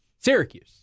Syracuse